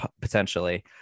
potentially